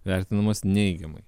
vertinamos neigiamai